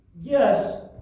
yes